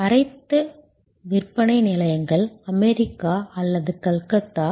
அனைத்து விற்பனை நிலையங்கள் அமெரிக்கா அல்லது கல்கத்தா